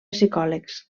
psicòlegs